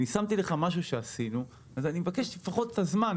אני שמתי לך משהו שעשינו ואני לפחות מבקש את הזמן.